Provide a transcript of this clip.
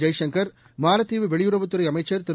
ஜெய்சங்கர் மாலத்தீவு வெளியுறவுத்துறை அமைச்சர் திரு